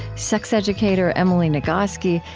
sex educator emily nagoski,